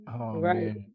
Right